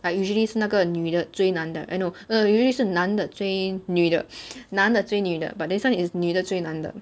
like usually 是那个女的追男的 eh no no usually 是男的追女的男的追女的 but this one is 女的追男的